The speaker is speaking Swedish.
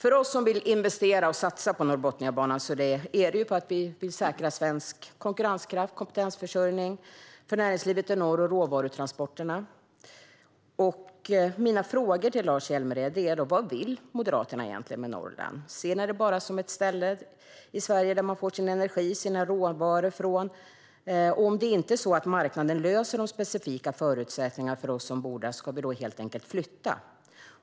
Vi vill investera i och satsa på Norrbotniabanan för att vi vill säkra svensk konkurrenskraft, kompetensförsörjning för näringslivet i norr och råvarutransporterna. Mina frågor till Lars Hjälmered är: Vad vill Moderaterna egentligen med Norrland? Ser ni det bara som ett ställe i Sverige där man får sin energi och sina råvaror? Ska vi helt enkelt flytta om inte marknaden löser de specifika förutsättningarna för oss som bor där?